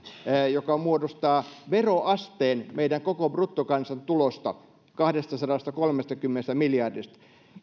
joka muodostaa veroasteen meidän koko bruttokansantulostamme kahdestasadastakolmestakymmenestä miljardista